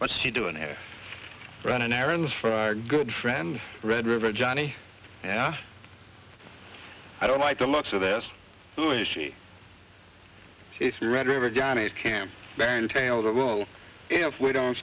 what's she doing there running errands for our good friend red river johnny yeah i don't like the looks of this blue is she red river johnny's camp very detailed if we don't